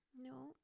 No